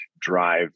drive